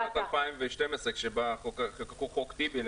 --- ב-2012 כשחוקקו את "חוק טיבי".